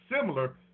similar